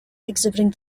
exhibiting